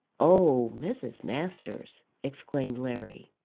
oh, mrs. masters! exclaimed larry.